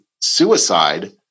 suicide